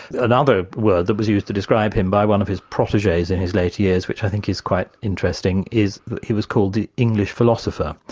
another word that was used to describe him by one of his protegees in his late years, which i think is quite interesting, is he was called the english philosopher,